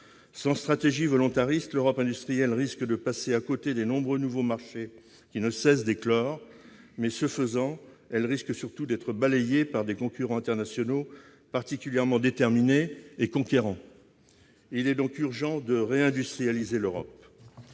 Sans stratégie volontariste, l'Europe industrielle risque de passer à côté des nombreux nouveaux marchés qui ne cessent d'éclore. Mais, ce faisant, elle risque surtout d'être balayée par des concurrents internationaux particulièrement déterminés et conquérants. Il est donc urgent de la réindustrialiser.